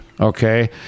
okay